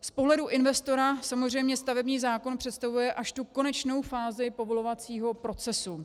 Z pohledu investora samozřejmě stavební zákon představuje až tu konečnou fázi povolovacího procesu.